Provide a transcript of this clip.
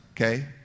okay